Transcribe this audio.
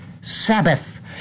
Sabbath